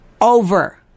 over